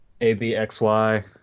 ABXY